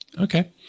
Okay